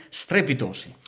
strepitosi